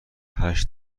هشت